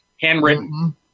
handwritten